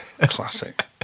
Classic